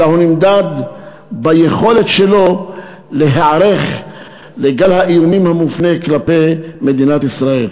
אלא הוא נמדד ביכולת שלו להיערך לגל האיומים המופנה כלפי מדינת ישראל.